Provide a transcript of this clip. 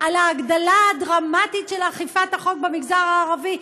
על ההגדלה הדרמטית של אכיפת החוק במגזר הערבי?